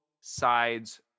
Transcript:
sides